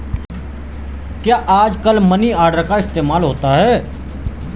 क्या आजकल money order का इस्तेमाल होता है?